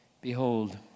behold